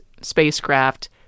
spacecraft